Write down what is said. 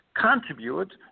contribute